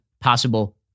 possible